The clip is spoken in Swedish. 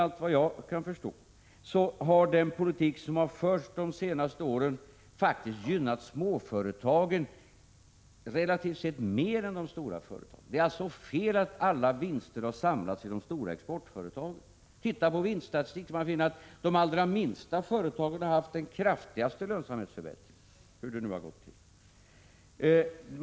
Men vad jag kan förstå har den politik som förts de senaste åren faktiskt gynnat småföretagen relativt sett mer än de stora företagen. Det är alltså fel att alla vinster samlats i de stora exportföretagen. Om man ser på vinststatistiken finner man att de allra minsta företagen har haft den kraftigaste lönsamhetsförbättringen, hur det nu gått till.